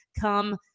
come